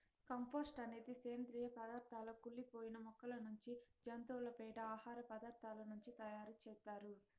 compost అనేది సేంద్రీయ పదార్థాల కుళ్ళి పోయిన మొక్కల నుంచి, జంతువుల పేడ, ఆహార పదార్థాల నుంచి తయారు చేత్తారు